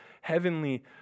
heavenly